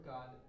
God